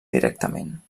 directament